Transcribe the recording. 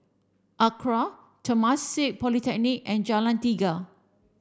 ACRA Temasek Polytechnic and Jalan Tiga